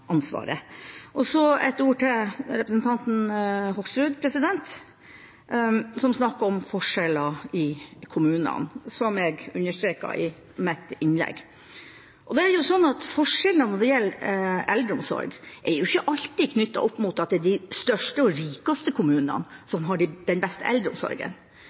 til representanten Hoksrud, som snakket om forskjeller mellom kommunene. Som jeg understreket i mitt innlegg, er forskjeller når det gjelder eldreomsorg, ikke alltid knyttet opp mot at det er de største og rikeste kommunene som har den beste eldreomsorgen.